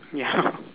ya